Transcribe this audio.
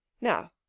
Now